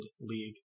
league